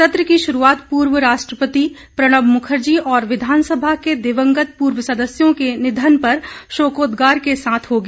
सत्र की शुरूआत पूर्व राष्ट्रपति प्रणब मुखर्जी और विधानसभा के दिवंगत पूर्व सदस्यों के निधन पर शोकोदगार के साथ होगी